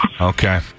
Okay